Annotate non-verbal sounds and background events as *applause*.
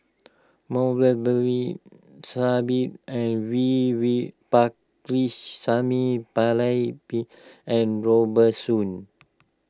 *unintelligible* Sahib and V V Pakirisamy Pillai Bin and Robert Soon